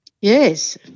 Yes